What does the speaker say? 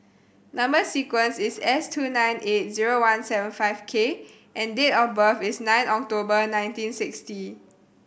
number sequence is S two nine eight zero one seven five K and date of birth is nine October nineteen sixty